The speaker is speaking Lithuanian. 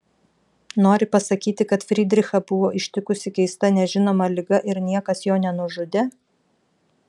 nori pasakyti kad frydrichą buvo ištikusi keista nežinoma liga ir niekas jo nenužudė